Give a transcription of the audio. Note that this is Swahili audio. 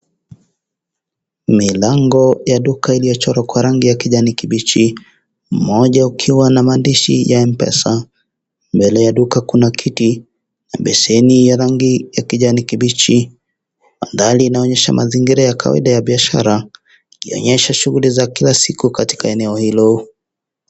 Milango ya duka iliyochorwa kwa rangi ya kijani kibichi, moja ukiwa na maandishi ya M-pesa, mbele ya duka kuna kiti, beseni ya rangi ya kijani kibichi, huko ndani inaonyesha mazingira ya kawaida ya biashara, ikionyesha shughuli za kila siku katika eneo hilo.